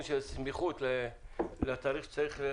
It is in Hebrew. בסמיכות לתאריך.